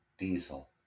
diesel